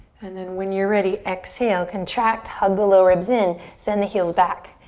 and then when you're ready, exhale, contract. hug the low ribs in, send the heels back.